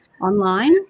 online